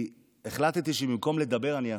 כי החלטתי שבמקום לדבר אני אעשה.